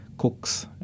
Cook's